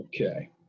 Okay